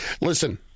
Listen